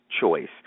choice